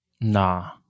Nah